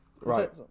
Right